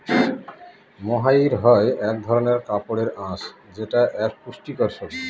মহাইর হয় এক ধরনের কাপড়ের আঁশ যেটা এক পুষ্টিকর সবজি